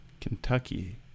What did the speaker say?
Kentucky